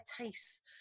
tastes